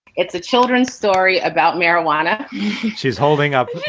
it's a children's story about marijuana she's holding up